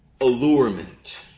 allurement